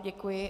Děkuji.